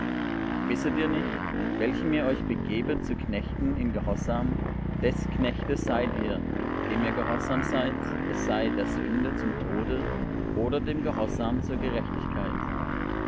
wisset ihr nicht welchem ihr euch begebet zu knechten in gehorsam des knechte seid ihr dem ihr gehorsam seid es sei der sünde zum tode oder dem gehorsam zur gerechtigkeit